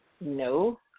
No